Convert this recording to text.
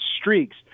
streaks